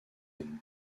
ends